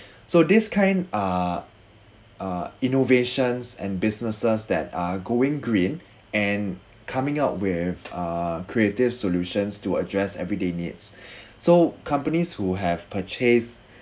so this kind uh uh innovations and businesses that are going green and coming out with uh creative solutions to address everyday needs so companies who have purchased